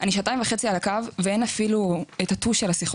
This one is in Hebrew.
אני שעתיים וחצי על הקו ואין אפילו צלצול של קו,